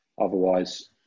otherwise